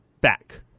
back